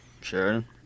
Sheridan